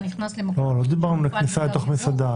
נכנס למקומות --- לא דיברנו על כניסה לתוך מסעדה,